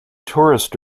tourist